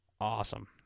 awesome